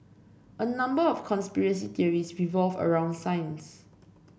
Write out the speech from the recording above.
a number of conspiracy theories revolve around science